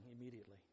immediately